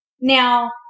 Now